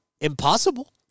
impossible